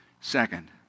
Second